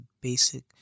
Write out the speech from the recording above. basic